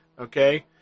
Okay